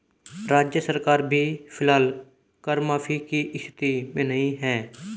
राज्य सरकार भी फिलहाल कर माफी की स्थिति में नहीं है